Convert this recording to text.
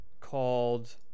called